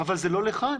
אבל זה לא לכאן.